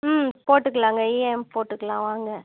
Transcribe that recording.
ம் போட்டுக்கலாங்க இஎம் போட்டுக்கலாம் வாங்க